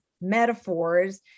metaphors